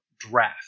Draft